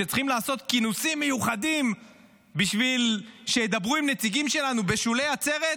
שצריכים לעשות כינוסים מיוחדים בשביל שידברו עם נציגים שלנו בשולי עצרת,